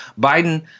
Biden